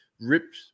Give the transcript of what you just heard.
ripped